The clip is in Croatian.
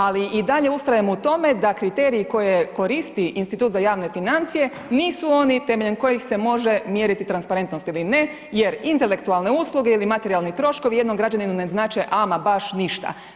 Ali i dalje ustrajem u tome da kriteriji koje koristi Institut za javne financije nisu oni temeljem kojih se može mjeriti transparentnost ili ne jer intelektualne usluge ili materijalni troškovi jednom građaninu ne znače ama baš ništa.